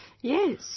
Yes